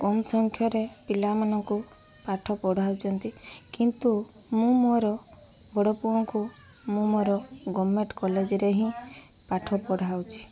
କମ୍ ସଂଖ୍ୟାରେ ପିଲାମାନଙ୍କୁ ପାଠ ପଢ଼ାଉଛନ୍ତି କିନ୍ତୁ ମୁଁ ମୋର ବଡ଼ପୁଅଙ୍କୁ ମୁଁ ମୋର ଗଭର୍ଣ୍ଣମେଣ୍ଟ କଲେଜ୍ରେ ହିଁ ପାଠ ପଢ଼ାଉଛି